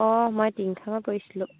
অঁ মই তিনিখাঙত পৰিছিলোঁ